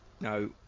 no